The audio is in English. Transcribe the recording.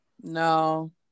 No